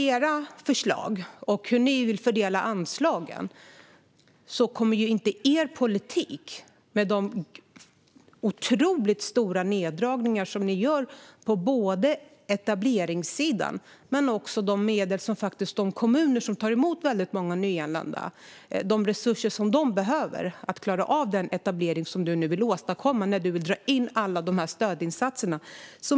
Er politik innebär otroligt stora neddragningar både på etableringssidan och på de medel och resurser som kommuner som tar emot väldigt många nyanlända behöver. Ni kommer med era förslag och hur ni vill fördela anslagen inte att klara den etablering som Henrik Vinge vill åstadkomma, samtidigt som han vill dra in alla de här stödinsatserna.